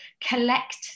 collect